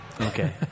Okay